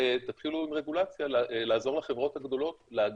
תתחילו עם רגולציה לעזור לחברות הגדולות להגן,